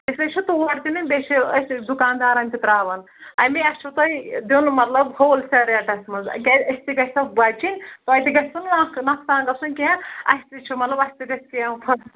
أسۍ حظ چھِ تور تہِ نِنۍ بیٚیہِ چھِ أسۍ دُکاندارَن تہِ ترٛاوَان اَمے اَسہِ چھُ تۄہہِ دیُن مطلب ہول سیل ریٹَس منٛز کیٛازِ أسۍ تہِ گژھو بَچِنۍ تۄہہِ تہِ گژھوٕ نہٕ اکھ نۄقصان گژھُن کینٛہہ اَسہِ تہِ چھُ مطلب اَسہِ تہِ گژھِ کینٛہہ